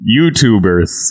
YouTubers